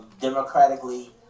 democratically